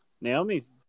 Naomi's